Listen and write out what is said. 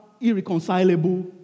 irreconcilable